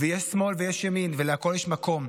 יש שמאל ויש ימין, ולהכול יש מקום.